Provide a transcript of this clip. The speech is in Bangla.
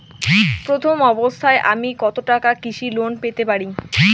প্রথম অবস্থায় আমি কত টাকা কৃষি লোন পেতে পারি?